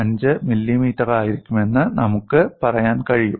025 മില്ലിമീറ്ററായിരിക്കുമെന്ന് നമുക്ക് പറയാൻ കഴിയും